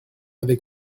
avec